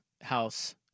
house